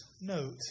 note